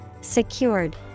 Secured